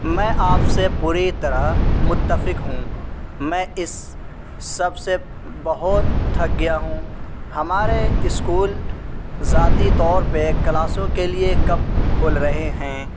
میں آپ سے پوری طرح متفق ہوں میں اس سب سے بہت تھک گیا ہوں ہمارے اسکول ذاتی طور پہ کلاسوں کے لیے کب کھول رہے ہیں